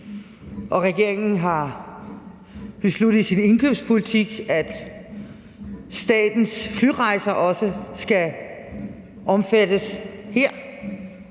og regeringen har i sin indkøbspolitik besluttet, at statens flyrejser også skal omfattes heraf,